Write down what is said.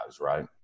right